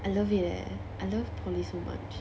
I love it leh I love poly so much